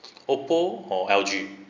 oppo or L G